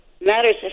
matters